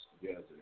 together